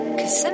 cause